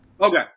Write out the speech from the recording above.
Okay